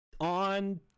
on